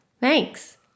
Thanks